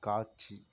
காட்சி